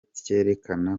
cerekana